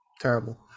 Terrible